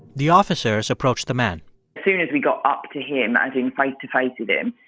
the officers approached the man soon as we got up to him, as in face-to-face with him,